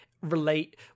relate